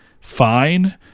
fine